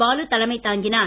பாலு தலைமை தாங்கினார்